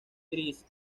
gris